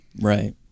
Right